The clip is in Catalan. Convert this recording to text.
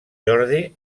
jordi